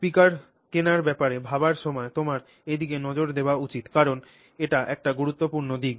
speaker কেনার ব্যাপারে ভাবার সময় তোমার এদিকে নজর দেওয়া উচিত কারণ এটি একটি গুরুত্বপূর্ণ দিক